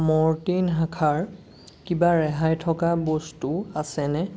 Mortein শাখাৰ কিবা ৰেহাই থকা বস্তু আছেনে